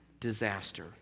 disaster